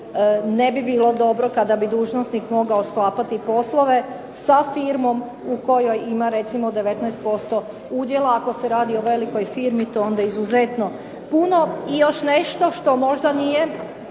ne bi bilo dobro kada bi dužnosnik mogao sklapati poslove sa firmom u kojoj ima recimo 19% udjela, ako se radi o velikoj firmi to je onda izuzetno puno. I još nešto što možda nije,